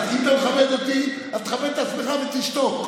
אם אתה מכבד אותי אז תכבד את עצמך ותשתוק.